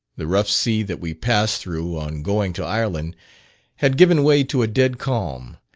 the rough sea that we passed through on going to ireland had given way to a dead calm,